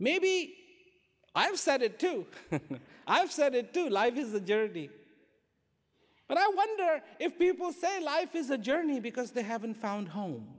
maybe i have said it too i've said it to live is the jury but i wonder if people say life is a journey because they haven't found a home